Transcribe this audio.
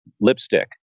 lipstick